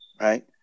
right